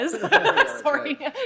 Sorry